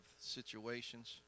situations